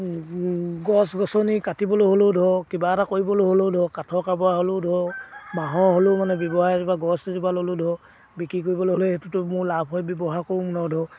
গছ গছনি কাটিবলৈ হ'লেও ধৰক কিবা এটা কৰিবলৈ হ'লেও ধৰক কাঠৰ কাৰবাৰ হ'লেও ধৰক বাঁহৰ হ'লেও মানে ব্যৱহাৰ এজোপা গছ এজোপা ল'লোঁ ধৰক বিক্ৰী কৰিবলৈ হ'লে সেইটোতো মোৰ লাভ হৈ ব্যৱহাৰ কৰোঁ নধৰক